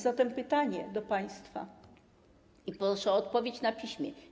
Zatem pytanie do państwa i proszę o odpowiedź na piśmie.